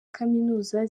kaminuza